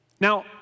Now